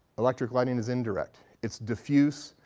electric lighting is indirect. it's diffuse,